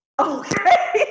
Okay